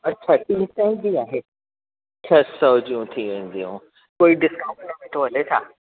अच्छा टीं सएं जी आहे छह सौ जूं थी वेंदियूं कोई डिस्काऊंट न वेठो हले छा